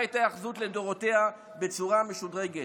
את ההיאחזות לדורותיה בצורה משודרגת.